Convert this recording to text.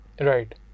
Right